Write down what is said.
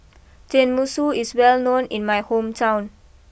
Tenmusu is well known in my hometown